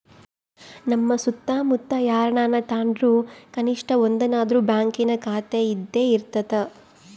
ನಮ್ಮ ಸುತ್ತಮುತ್ತ ಯಾರನನ ತಾಂಡ್ರು ಕನಿಷ್ಟ ಒಂದನಾದ್ರು ಬ್ಯಾಂಕಿನ ಖಾತೆಯಿದ್ದೇ ಇರರ್ತತೆ